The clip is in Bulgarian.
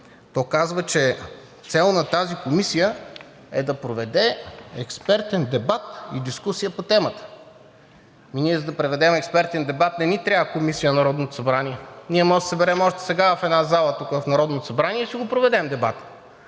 то казва, че „цел на тази комисия е да проведе експертен дебат и дискусия по темата“. Ами ние, за да проведем експертен дебат, не ни трябва комисия на Народното събрание. Ние можем да се съберем още сега в една зала тук, в Народното събрание, и да си проведем дебата.